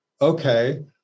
Okay